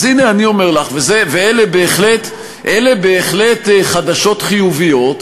אז הנה אני אומר לך, ואלה בהחלט חדשות חיוביות,